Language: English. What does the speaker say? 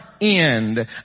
end